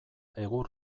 egur